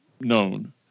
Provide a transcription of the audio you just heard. known